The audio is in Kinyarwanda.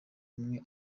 umwe